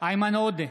איימן עודה,